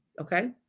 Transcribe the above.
Okay